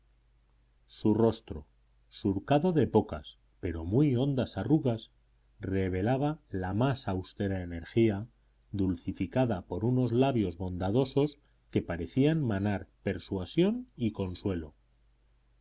su rostro surcado de pocas pero muy hondas arrugas revelaba la más austera energía dulcificada por unos labios bondadosos que parecían manar persuasión y consuelo